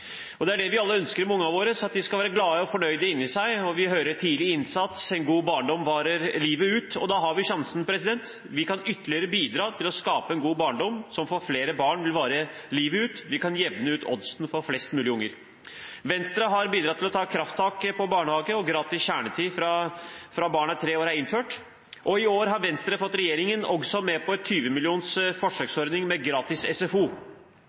Og det er det vi alle ønsker for barna våre, at de skal være glade og fornøyde inni seg. Vi hører om tidlig innsats og at en god barndom varer livet ut. Da har vi sjansen: Vi kan ytterligere bidra til å skape en god barndom som for flere barn vil vare livet ut. Vi kan jevne ut oddsen for flest mulig barn. Venstre har bidratt til å ta et krafttak på barnehage, og gratis kjernetid fra barnet er tre år er innført. I år har Venstre også fått regjeringen med på en 20-millioners-forsøksordning med gratis SFO.